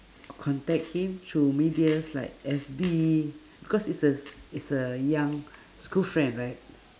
contact him through medias like F_B cause it's a s~ it's a young school friend right